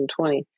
2020